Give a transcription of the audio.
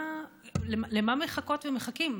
למה מחכות ומחכים?